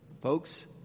Folks